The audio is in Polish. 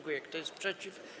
Kto jest przeciw?